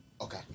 okay